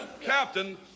Captain